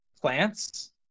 plants